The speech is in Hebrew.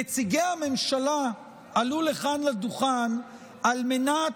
נציגי הממשלה עלו לכאן לדוכן על מנת